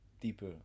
deeper